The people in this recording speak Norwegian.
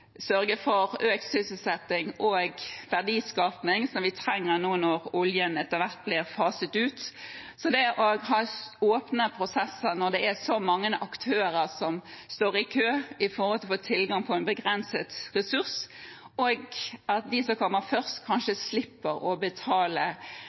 sørge for økt sysselsetting og verdiskapning som vi trenger nå, når oljen etter hvert blir faset ut. Så med tanke på det å ha åpne prosesser når det er så mange aktører som står i kø for å få tilgang på en begrenset ressurs, og at de som kommer først, kanskje